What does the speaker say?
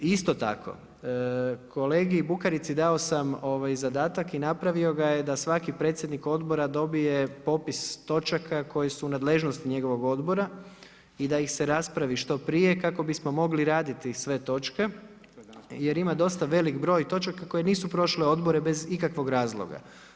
Isto tako, kolegi Bukarici dao sam zadatak i napravio ga je da svaki predsjednik odbora dobije popis točaka koji su u nadležnosti njegovog odbora i da ih se raspravi što prije, kako bismo mogli raditi sve točke, jer ima dosta velik broj točaka, koje nisu prošle odbore bez ikakvog razloga.